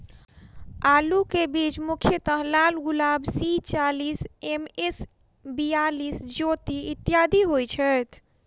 आलु केँ बीज मुख्यतः लालगुलाब, सी चालीस, एम.एस बयालिस, ज्योति, इत्यादि होए छैथ?